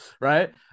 right